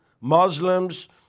Muslims